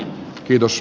kiitos